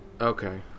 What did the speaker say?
Okay